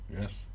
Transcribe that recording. yes